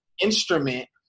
instrument